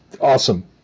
awesome